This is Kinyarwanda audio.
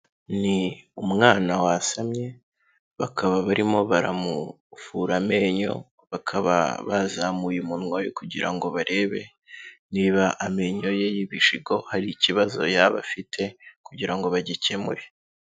Ni umwana wasamye bakaba barimo baramuvura amenyo, bakaba bazamuye umunwa we kugira ngo barebe niba amenyo ye y'ibijigo hari ikibazo yaba afite kugira ngo bagikemure.